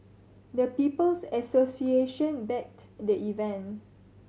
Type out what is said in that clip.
the People's Association backed the event